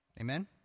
Amen